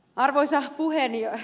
arvoisa puhemies